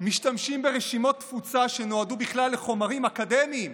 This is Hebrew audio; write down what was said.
משתמשים ברשימות תפוצה שנועדו בכלל לחומרים אקדמיים